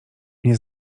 nie